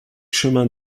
chemin